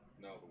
No